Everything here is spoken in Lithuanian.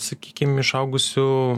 sakykim išaugusių